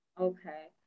okay